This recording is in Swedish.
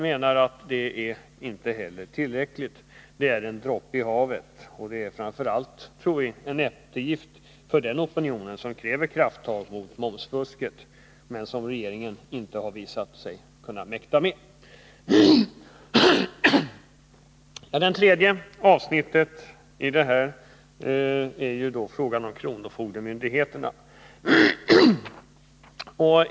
Men det är inte heller tillräckligt — det är en droppe i havet. Och vi tror att det framför allt är en eftergift åt den opinion som kräver krafttag mot det momsfusk som regeringen har visat sig inte kunna mäkta med. Det tredje avsnittet gäller kronofogdemyndigheterna.